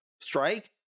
Strike